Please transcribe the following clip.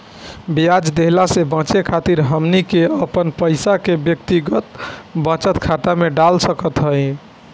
ब्याज देहला से बचे खातिर हमनी के अपन पईसा के व्यक्तिगत बचत खाता में डाल सकत हई